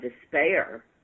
despair